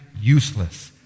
useless